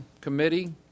committee